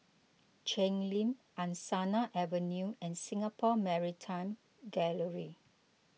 Cheng Lim Angsana Avenue and Singapore Maritime Gallery